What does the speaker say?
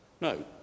No